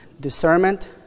discernment